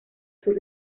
sus